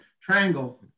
Triangle